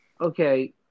Okay